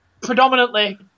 predominantly